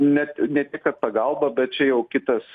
net ne tik pagalba bet čia jau kitas